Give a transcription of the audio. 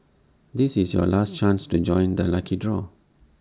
this is your last chance to join the lucky draw